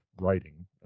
writing